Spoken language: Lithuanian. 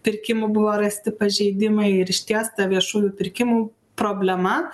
pirkimų buvo rasti pažeidimai ir išties ta viešųjų pirkimų problema